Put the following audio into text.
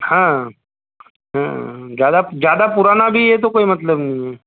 हाँ ज़्यादा ज़्यादा पुराना भी है कोई मतलब नहीं है